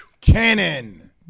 Cannon